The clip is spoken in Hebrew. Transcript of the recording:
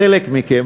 חלק מכם,